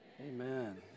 Amen